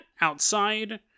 outside